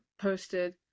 posted